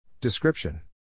Description